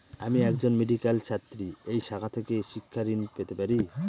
আমি একজন মেডিক্যাল ছাত্রী এই শাখা থেকে কি শিক্ষাঋণ পেতে পারি?